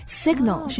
signal